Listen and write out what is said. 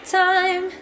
time